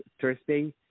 Thursday